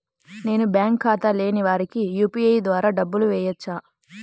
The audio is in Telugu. నేను బ్యాంక్ ఖాతా లేని వారికి యూ.పీ.ఐ ద్వారా డబ్బులు వేయచ్చా?